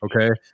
Okay